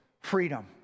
freedom